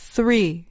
Three